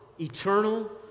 eternal